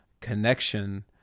connection